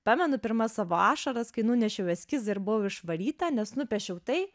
pamenu pirmas savo ašaras kai nunešiau eskizą ir buvau išvaryta nes nupiešiau tai